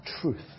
truth